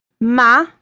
ma